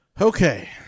okay